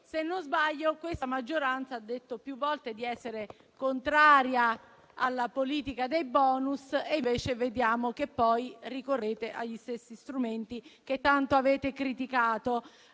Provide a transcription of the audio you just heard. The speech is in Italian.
se non sbaglio, questa maggioranza ha detto più volte di essere contraria alla politica dei *bonus*. Vediamo invece che ricorre agli stessi strumenti che tanto ha criticato,